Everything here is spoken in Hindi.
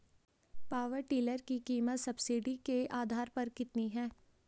पावर टिलर की कीमत सब्सिडी के आधार पर कितनी है?